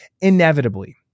Inevitably